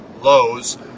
lows